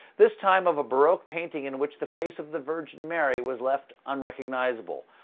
this time of a baroque painting in which the face of the virgin mary was left unrecognizable.